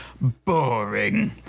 boring